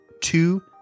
two